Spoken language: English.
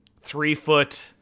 three-foot